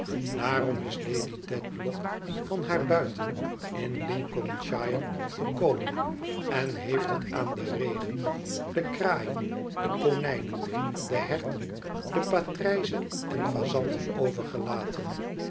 daarom is lady dedlock van haai buiten in lincolnshire gekomen en heeft het aan den regen de kraaien de konijnen de horten de patrijzen en fazanten overgelaten